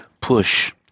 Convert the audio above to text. push